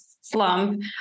slump